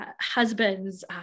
husbands